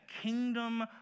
kingdom